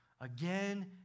again